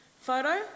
photo